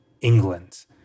England